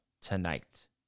tonight